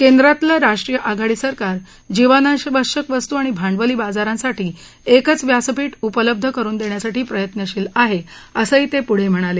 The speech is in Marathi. केंद्रातलं राष्ट्रीय आघाडी सरकार जीवनावश्यक वस्तू आणि भांडवली बाजारांसाठी एकच व्यासपीठ उपलब्ध करून देण्यासाठी प्रयत्नशील आहे असंही ते पुढं म्हणाले